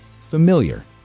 familiar